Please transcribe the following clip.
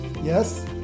Yes